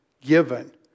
given